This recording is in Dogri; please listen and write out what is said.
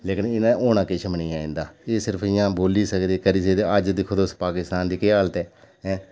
लेकिन इ'नें होना किश बी निं ऐ इं'दा एह् सिर्फ बोली सकदे अज्ज दिक्खो पाकिस्तान दी केह् हालत ऐ